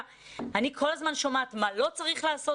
כי אני כל הזמן שומעת מה לא צריך לעשות,